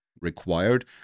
required